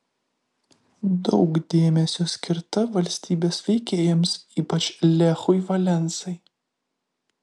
daug dėmesio skirta valstybės veikėjams ypač lechui valensai